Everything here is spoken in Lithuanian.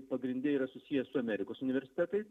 pagrinde yra susiję su amerikos universitetais